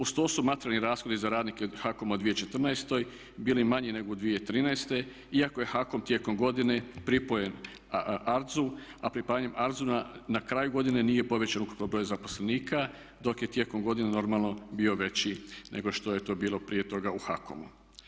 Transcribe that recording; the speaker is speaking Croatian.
Uz to su materijalni rashodi za radnike HAKOM-a u 2014. bili manji nego u 2013. iako je HAKOM tijekom godine pripojen ARTZU, a pripajanjem ARTZU-a na kraju godine nije povećan ukupan broj zaposlenika dok je tijekom godine normalno bio veći nego što je to bilo prije toga u HAKOM-u.